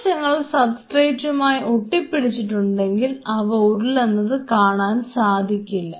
കോശങ്ങൾ സബ്സ്ട്രേറ്റുമായി ഒട്ടിപ്പിടിച്ചിട്ടുണ്ടെങ്കിൽ അവ ഉരുളുന്നത് കാണാൻ സാധിക്കില്ല